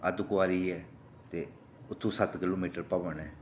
अर्द्धकुंवारी ऐ उत्थूं सत्त किलोमीटर भवन ऐ